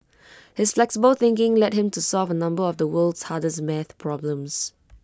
his flexible thinking led him to solve A number of the world's hardest math problems